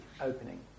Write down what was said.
opening